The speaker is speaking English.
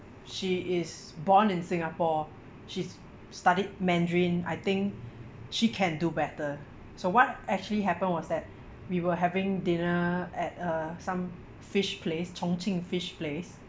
she is born in singapore she s~ studied mandarin I think she can do better so what actually happened was that we were having dinner at uh some fish place chongqing fish place